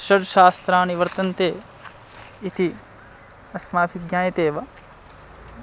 षड्शास्त्राणि वर्तन्ते इति अस्माभिः ज्ञायते एव